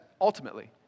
ultimately